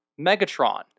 Megatron